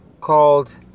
called